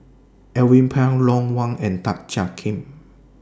Alvin Pang Ron Wong and Tan Jiak Kim